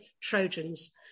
trojans